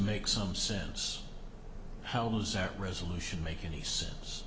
make some sense how was that resolution make any sense